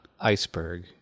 iceberg